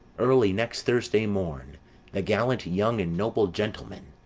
early next thursday morn the gallant, young, and noble gentleman,